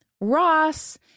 Ross